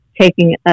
taking